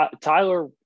Tyler